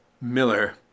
Miller